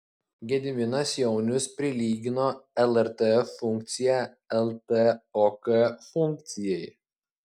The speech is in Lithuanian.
gediminas jaunius prilygino lrt funkciją ltok funkcijai